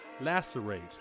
lacerate